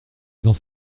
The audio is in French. dans